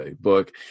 book